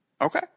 Okay